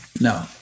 No